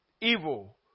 evil